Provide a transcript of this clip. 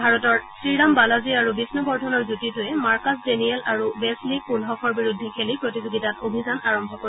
ভাৰতৰ শ্ৰীৰাম বালাজী আৰু বিষ্ণবৰ্ধনৰ যুটীটোৱে মাৰ্কাচ ডেনিয়েল আৰু ৱেছলি কুলহফৰ বিৰুদ্ধে খেলি প্ৰতিযোগিতাত অভিযান আৰম্ভ কৰিব